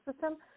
system